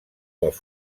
dels